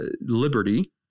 Liberty